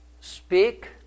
speak